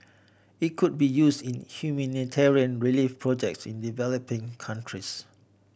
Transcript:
it could be use in humanitarian relief projects in developing countries